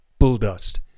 Bulldust